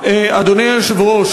אדוני היושב-ראש,